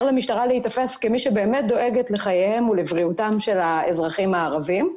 למשטרה להיתפס כמי שבאמת דואגת לחייהם ולבריאותם של האזרחים הערבים.